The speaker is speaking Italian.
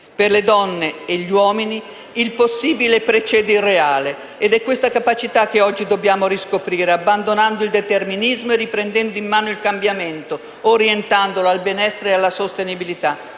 Per le donne e gli uomini il possibile precede il reale ed è questa capacità che oggi dobbiamo riscoprire, abbandonando il determinismo e riprendendo in mano il cambiamento, orientandolo al benessere e alla sostenibilità.